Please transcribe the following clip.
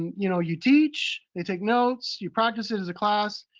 you know, you teach. they take notes. you practice it as a class.